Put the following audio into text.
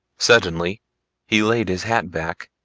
suddenly he laid his hat back,